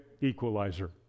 equalizer